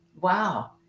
Wow